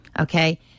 okay